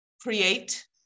create